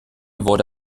wurde